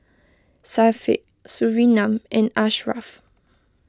Syafiq Surinam and Ashraff